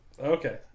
Okay